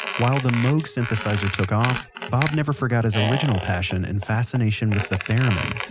while the moog synthesizer took off, bob never forgot his original passion and fascination with the theremin.